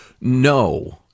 No